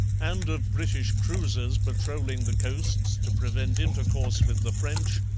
and of british cruisers patrolling the coasts to prevent intercourse with the french,